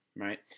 right